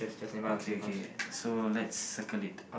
okay okay so let's circle it